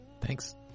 Thanks